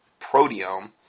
proteome